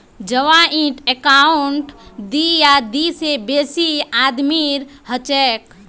joint account दी या दी से बेसी आदमीर हछेक